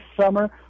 summer